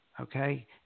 Okay